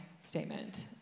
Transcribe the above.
statement